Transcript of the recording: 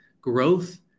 growth